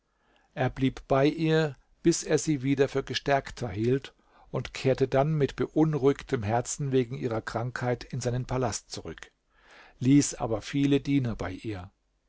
er blieb bei ihr bis er sie wieder für gestärkter hielt und kehrte dann mit beunruhigtem herzen wegen ihrer krankheit in seinen palast zurück ließ aber viele diener bei ihr